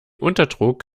unterdruck